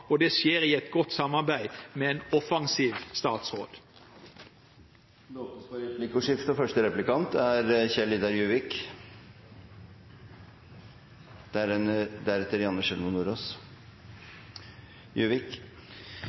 og det skjer i et godt samarbeid med en offensiv statsråd. Det blir replikkordskifte. Regjeringen skryter i meldingen av de ansatte: «Dagens ansatte er den viktigste ressursen for